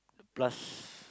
plus